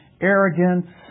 Arrogance